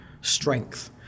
strength